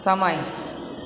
સમય